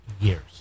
years